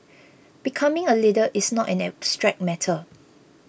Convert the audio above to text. becoming a leader is not an abstract matter